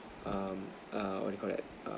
um um what do you called that um